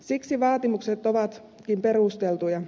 siksi vaatimukset ovatkin perusteltuja